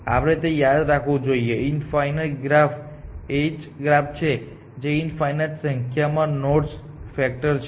આપણે તે યાદ રાખવું જોઈએ ઇન્ફાઇનાઇટ ગ્રાફ એ જ ગ્રાફ છે જેમાં ઇન્ફાઇનાઇટ સંખ્યામાં નોડ્સ ફેક્ટર છે